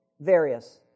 Various